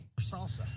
Salsa